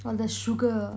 oh the sugar ah